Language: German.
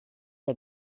der